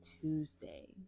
Tuesday